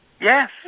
yes